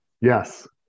Yes